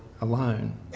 alone